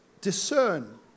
discern